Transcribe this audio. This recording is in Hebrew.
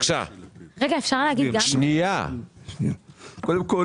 קודם כול,